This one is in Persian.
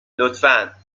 لطفا